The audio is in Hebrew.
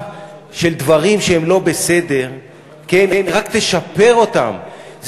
של דברים שהם לא בסדר רק תשפר אותם,